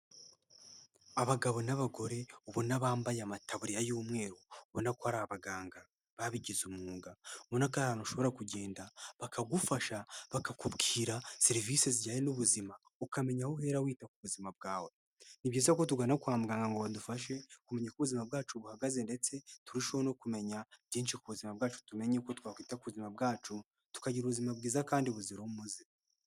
Abagabo n'abagore ubona bambaye amataburiya y'umweru, ubona ko ari abaganga babigize umwuga, ubona ko ar’ahantu ushobora kugenda bakagufasha, bakakubwira serivisi zijyanye n'ubuzima ukamenya aho uhera wita ku buzima bwawe. Ni byiza ko tugana kwa muganga ngo badufashe kumenya uko ubuzima bwacu buhagaze, ndetse turusheho no kumenya byinshi ku buzima bwacu, tumenye uko twakwita ku buzima bwacu tukagira ubuzima bwiza kandi buzira umuze.